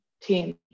team